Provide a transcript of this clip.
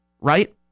right